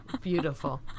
Beautiful